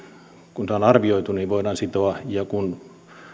kun tämä on arvioitu voidaan sitoa ja